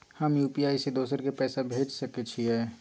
हम यु.पी.आई से दोसर के पैसा भेज सके छीयै?